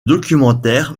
documentaire